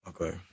Okay